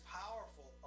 powerful